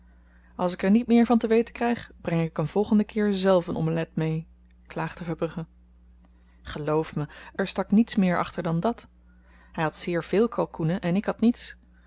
als ik er niet meer van te weten kryg breng ik een volgenden keer zelf een omelet mee klaagde verbrugge geloof me er stak niets meer achter dan dàt hy had zeer véél kalkoenen en ik had niets